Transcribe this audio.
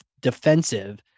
defensive